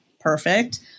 perfect